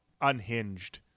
unhinged